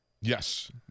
Yes